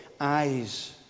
eyes